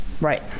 Right